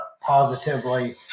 positively